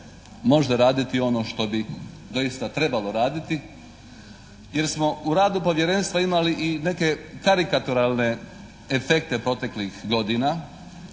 može raditi ono što bi doista trebalo raditi. Jer smo u radu Povjerenstva imali i neke karikaturalne efekte proteklih godina.